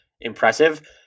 impressive